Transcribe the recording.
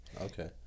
Okay